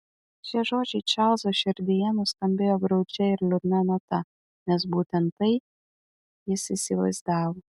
šie žodžiai čarlzo širdyje nuskambėjo graudžia ir liūdna nata nes būtent tai jis įsivaizdavo